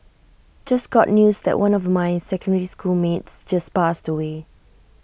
just got news that one of my secondary school mates just passed away